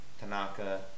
Tanaka